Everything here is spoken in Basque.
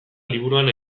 liburuan